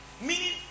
Meaning